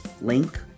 link